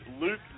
Luke